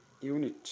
unit